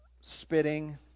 spitting